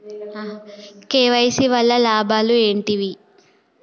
KYC వల్ల లాభాలు ఏంటివి?